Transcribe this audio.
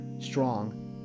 strong